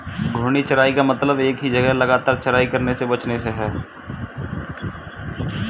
घूर्णी चराई का मतलब एक ही जगह लगातार चराई करने से बचने से है